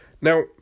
Now